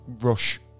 rush